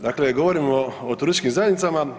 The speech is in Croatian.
Dakle, govorimo o turističkim zajednicama.